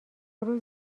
روز